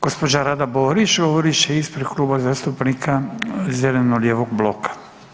Gospođa Rada Borić govorit će ispred Kluba zastupnika zeleno-lijevog bloka.